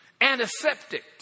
Antiseptic